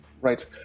right